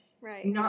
Right